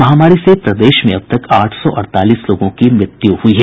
महामारी से प्रदेश में अब तक आठ सौ अड़तालीस लोगों की मृत्यु हुई है